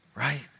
Right